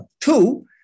two